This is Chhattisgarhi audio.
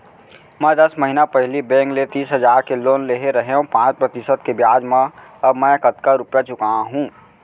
मैं दस महिना पहिली बैंक ले तीस हजार के लोन ले रहेंव पाँच प्रतिशत के ब्याज म अब मैं कतका रुपिया चुका हूँ?